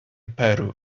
peru